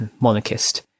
monarchist